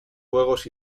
juegos